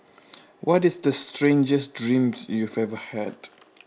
what is the strangest dreams you ever had